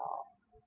uh